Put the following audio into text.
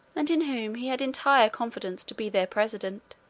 and in whom he had entire confidence, to be their president.